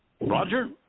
Roger